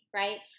right